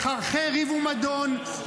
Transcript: לחרחר ריב ומדון,